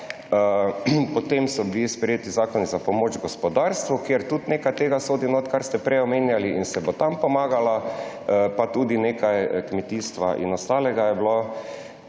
so bili zakoni za pomoč gospodarstvu, kjer tudi nekaj tega sodi noter, kar ste prej omenjali, in se bo tam pomagalo, tudi nekaj kmetijstva in ostalega je bilo